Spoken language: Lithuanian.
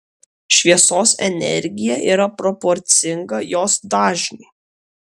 šviesos energija yra proporcinga jos dažniui